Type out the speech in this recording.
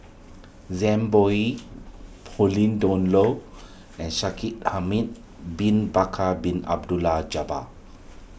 Zhang Bohe Pauline Dawn Loh and Shaikh Bin Bakar Bin Abdullah Jabbar